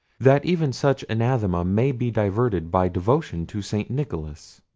that even such anathema may be diverted by devotion to st. nicholas.